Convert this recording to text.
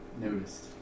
Noticed